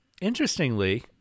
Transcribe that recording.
interestingly